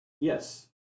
Yes